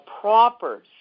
proper